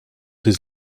his